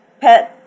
pet